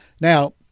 Now